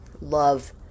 love